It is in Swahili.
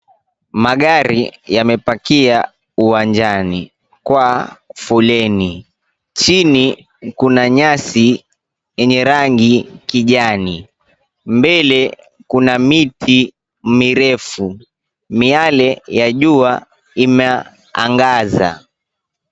Magari yamepakia uwanjani kwa foleni. Chini kuna nyasi yenye rangi kijani. Mbele kuna miti mirefu. Miale ya jua imeangaza.